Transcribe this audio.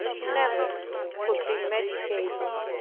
never could be mitigated,